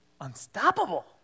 unstoppable